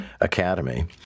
Academy